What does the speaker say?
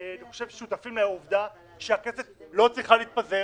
אני חושב, שותפים לעובדה שהכנסת לא צריכה להתפזר.